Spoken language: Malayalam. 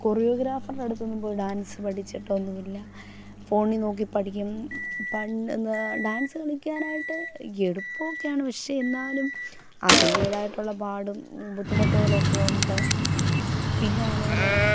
കൊറിയോഗ്രാഫറൻറ്റടുത്തൊന്നും പോയി ഡാൻസ് പഠിച്ചിട്ടൊന്നുമില്ല ഫോണി നോക്കി പഠിക്കും പണ്ട് ന്ന ഡാൻസ് കളിക്കാനായിട്ട് എളുപ്പമൊക്കെയാണ് പക്ഷേ എന്നാലും അതിൻറ്റേതായിട്ടുള്ള പാടും ബുദ്ധിമുട്ടുകളൊക്കെ ഉണ്ട് പിന്നയാണേൽ